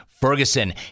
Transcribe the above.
Ferguson